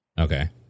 Okay